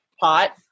pot